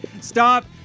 stop